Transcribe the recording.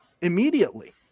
immediately